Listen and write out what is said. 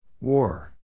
War